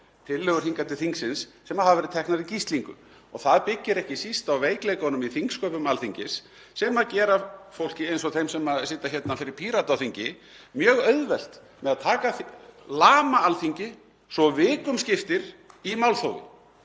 tillögur hingað til þingsins sem hafa verið teknar í gíslingu. Það byggist ekki síst á veikleikunum í þingsköpum Alþingis sem gera fólki eins og því sem situr hérna fyrir Pírata á þingi mjög auðvelt með að lama Alþingi svo vikum skiptir í málþófi.